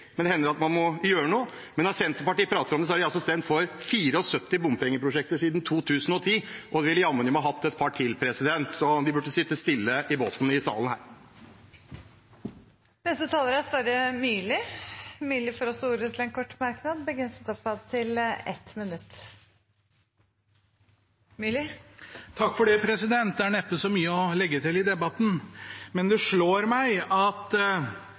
men det hender at man må gjøre noe. Senterpartiet prater om dette, men de har altså stemt for 74 bompengeprosjekter siden 2010, og de ville jammen meg hatt et par til, så de burde sitte stille i båten her i salen. Representanten Sverre Myrli har hatt ordet to ganger tidligere og får ordet til en kort merknad, begrenset til 1 minutt. Det er neppe så mye å legge til i debatten, men det slår meg at